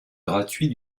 gratuit